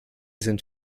sind